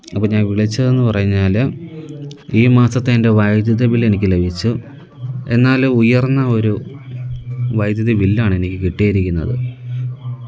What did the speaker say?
അപ്പോള് ഞാന് വിളിച്ചതെന്ന് പറഞ്ഞാല് ഈ മാസത്തെ എന്റെ വൈദ്യുതി ബില്ലെനിക്ക് ലഭിച്ചു എന്നാലും ഉയര്ന്ന ഒരു വൈദ്യുതി ബില്ലാണെനിക്ക് കിട്ടിയിരിക്കുന്നത്